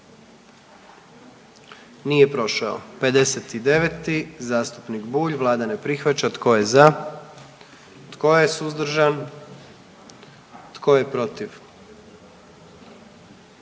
44. Kluba zastupnika SDP-a, vlada ne prihvaća. Tko je za? Tko je suzdržan? Tko je protiv?